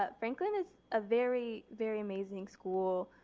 ah franklin is a very very amazing school.